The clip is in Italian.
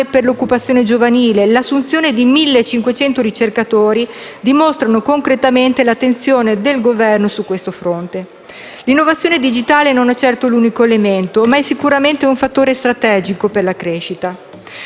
per l'occupazione giovanile, l'assunzione di 1.500 ricercatori dimostrano concretamente l'attenzione del Governo su questo fronte. L'innovazione digitale non è certo l'unico elemento, ma è sicuramente un fattore strategico per la crescita.